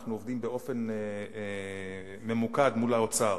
אנחנו עובדים באופן ממוקד מול האוצר.